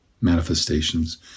manifestations